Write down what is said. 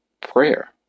Prayer